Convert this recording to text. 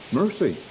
mercy